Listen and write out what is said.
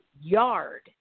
yard